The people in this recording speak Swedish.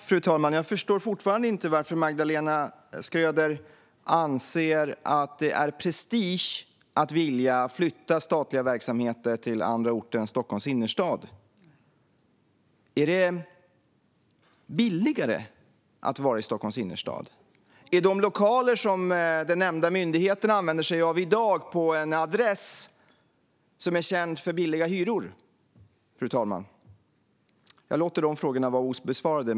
Fru talman! Jag förstår fortfarande inte varför Magdalena Schröder anser att det är prestige att vilja flytta statliga verksamheter från Stockholms innerstad. Är det billigare att vara i Stockholms innerstad? Finns de lokaler som den nämnda myndigheten använder sig av i dag på en adress som är känd för billiga hyror? Fru talman! Jag låter frågorna vara obesvarade.